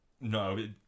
No